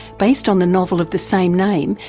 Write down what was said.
based on the novel of the same name,